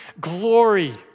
glory